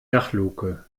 dachluke